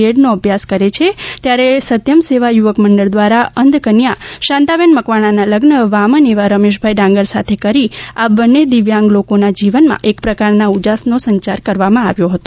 એડનો અભ્યાસ કરે છે ત્યારે સત્યમ સેવા યુવક મંડળ દ્વારા અંધ કન્યા શાંતાબેન મકવાણાના લગ્ન વામન એવા રમેશભાઈ ડાંગર સાથે કરીને આ બંને દિવ્યાંગ લોકોના જીવનમાં એક પ્રકારના ઉજાસનો સંચાર કરવામાં આવ્યો હતો